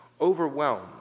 overwhelmed